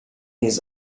his